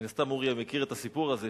מן הסתם אורי מכיר את הסיפור הזה,